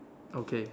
okay